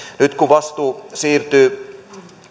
nyt kun vastuu siirtyy